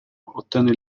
ottenne